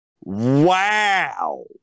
Wow